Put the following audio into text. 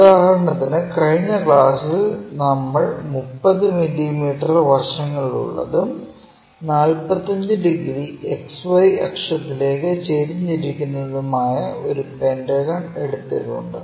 ഉദാഹരണത്തിന് കഴിഞ്ഞ ക്ലാസിൽ നമ്മൾ 30 മില്ലീമീറ്റർ വശങ്ങളുള്ളതും 45 ഡിഗ്രി XY അക്ഷത്തിലേക്ക് ചെരിഞ്ഞിരിക്കുന്നതുമായ ഒരു പെന്റഗൺ എടുത്തിട്ടുണ്ട്